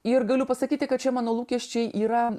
ir galiu pasakyti kad čia mano lūkesčiai yra